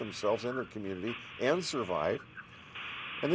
themselves and their community and survive and